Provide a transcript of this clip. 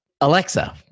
Alexa